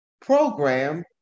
program